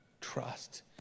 trust